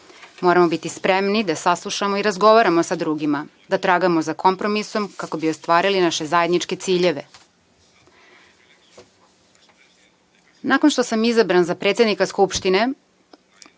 dele. Moramo biti spremni da saslušamo i razgovaramo sa drugima, da tragamo za kompromisom kako bi ostvarili naše zajedničke ciljeve. Nakon što sam izabran za predsednika Skupštine,